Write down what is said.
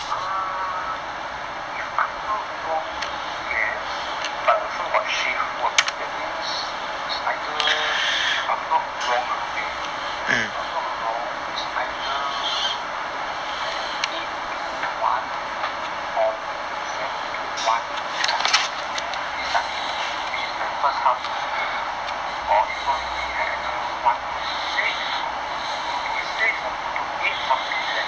err if I'm not wrong yes but also got shift work that means is either if I'm not wrong ah if I'm not wrong is either either eight on one or seven to one or eight to two this timing which is the first half of the day or if not it will be like either one to six or two to six or two to eight something like that lah